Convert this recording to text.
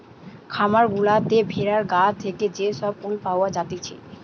খামার গুলাতে ভেড়ার গা থেকে যে সব উল পাওয়া জাতিছে